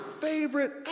favorite